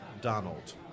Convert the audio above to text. Donald